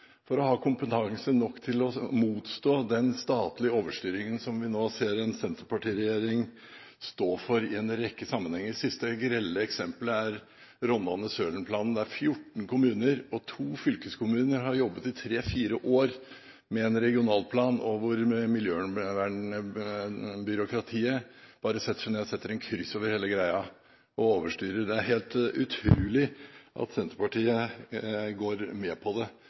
for å ha nok kompetanse til å motstå den statlige overstyringen vi nå ser en senterpartiregjering stå for i en rekke sammenhenger. Det siste grelle eksemplet er Rondane-Sølenkletten-planen, der fjorten kommuner og to fylkeskommuner hadde jobbet i tre–fire år med en regionalplan, og hvor miljøvernbyråkratiet bare setter seg ned, setter et kryss over hele greia og overstyrer. Det er helt utrolig at Senterpartiet går med på det.